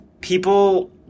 people